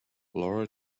laura